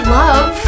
love